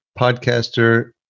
podcaster